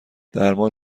درمان